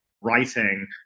writing